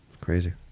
crazy